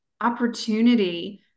opportunity